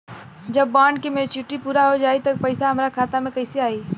जब बॉन्ड के मेचूरिटि पूरा हो जायी त पईसा हमरा खाता मे कैसे आई?